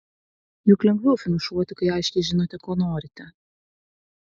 juk lengviau finišuoti kai aiškiai žinote ko norite